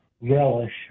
relish